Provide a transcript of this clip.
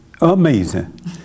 Amazing